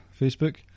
Facebook